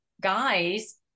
guys